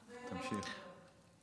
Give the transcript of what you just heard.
תמשיך.